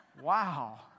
Wow